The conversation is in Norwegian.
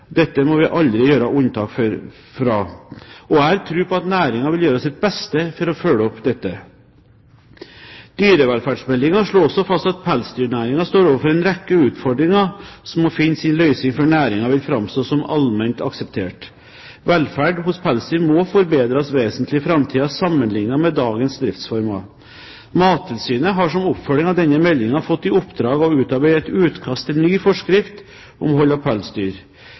dette må vi aldri gjøre unntak fra. Jeg har tro på at næringen vil gjøre sitt beste for å følge opp dette. Dyrevelferdsmeldingen slo også fast at pelsdyrnæringen står overfor en rekke utfordringer som må finne sin løsning før næringen kan framstå som allment akseptert. Velferd hos pelsdyr må forbedres vesentlig i framtiden, sammenlignet med dagens driftsformer. Mattilsynet har som oppfølging av denne meldingen fått i oppdrag å utarbeide et utkast til ny forskrift om hold av pelsdyr.